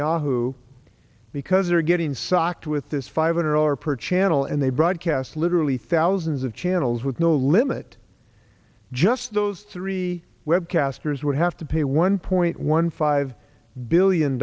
yahoo because are getting socked with this five hundred dollars per channel and they broadcast literally thousand lessons of channels with no limit just those three web casters would have to pay one point one five billion